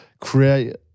create